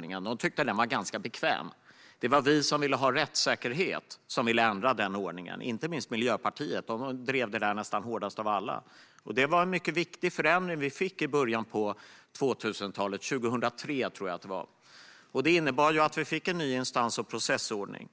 De tyckte att den var ganska bekväm. Det var vi som ville ha rättssäkerhet som ville ändra ordningen, inte minst Miljöpartiet som drev detta nästan hårdast av alla. Det var en mycket viktig förändring vi fick i början av 2000-talet - 2003, tror jag att det var - som innebar att vi fick en ny instans och processordning.